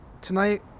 Tonight